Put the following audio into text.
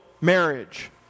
marriage